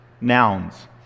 nouns